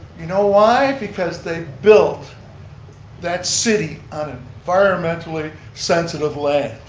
you know why? because they built that city on ah environmentally-sensitive land.